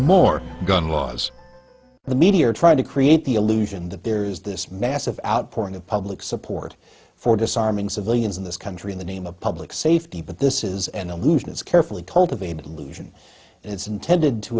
more gun laws the media are trying to create the illusion that there is this massive outpouring of public support for disarming civilians in this country in the name of public safety but this is an illusion it's carefully cultivated allusion it's intended to